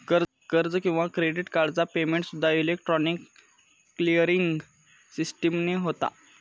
कर्ज किंवा क्रेडिट कार्डचा पेमेंटसूद्दा इलेक्ट्रॉनिक क्लिअरिंग सिस्टीमने होता